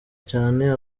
cyane